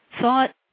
thought